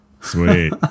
Sweet